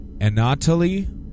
Anatoly